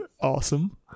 awesome